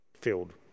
filled